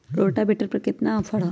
Rotavator पर केतना offer हव?